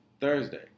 Thursday